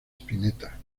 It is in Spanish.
spinetta